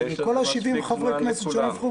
שכל 70 חברי הכנסת שלא נבחרו